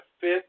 fifth